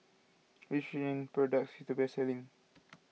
which Rene product is the best selling